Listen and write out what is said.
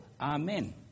amen